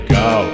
go